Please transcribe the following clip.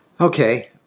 Okay